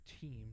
team